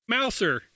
Mouser